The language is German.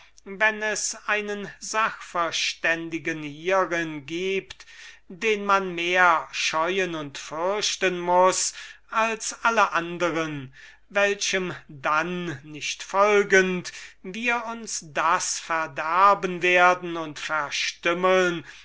wenn es einen sachverständigen hierin gibt den man mehr scheuen und fürchten muß als alle anderen welchem dann nicht folgend wir uns das verderben werden und verstümmeln